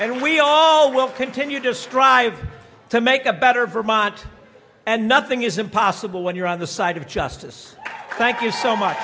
and we all will continue to strive to make a better vermont and nothing is impossible when you're on the side of justice oh thank you so much